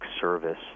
service